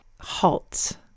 HALT